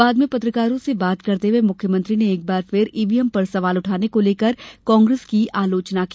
बाद में पत्रकारों से बात करते हुए मुख्यमंत्री ने एक बार फिर ईवीएम पर सवाल उठाने को लेकर कांग्रेस की आलोचना की